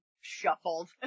shuffled